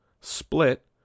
Split